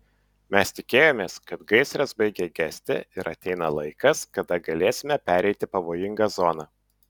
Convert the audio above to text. mes tikėjomės kad gaisras baigia gesti ir ateina laikas kada galėsime pereiti pavojingą zoną